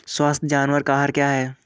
स्वस्थ जानवर का आहार क्या है?